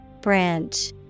Branch